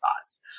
thoughts